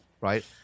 Right